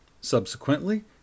Subsequently